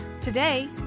Today